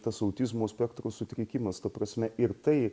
tas autizmo spektro sutrikimas ta prasme ir tai